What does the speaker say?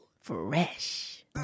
Fresh